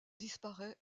disparaît